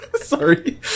Sorry